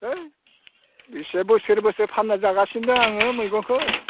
है बेसे बोसोर बोसोर फानना जागासिनो आङो मैगंखौ